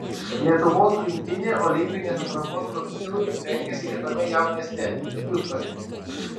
lietuvos rinktinė olimpinės atrankos turnyrui rengiasi kitame jav mieste hjustone